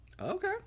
okay